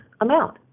amount